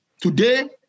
Today